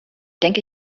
denke